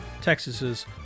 Texas's